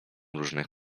różnych